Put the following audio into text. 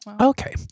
okay